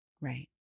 Right